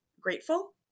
grateful